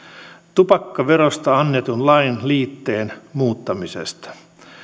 tupakkaverosta annetun lain liitteen muuttamisesta